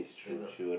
cannot